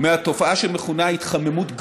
מהתופעה שמכונה התחממות גלובלית,